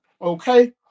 okay